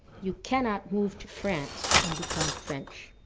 you cannot move to france and become french.